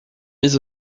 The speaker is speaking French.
mise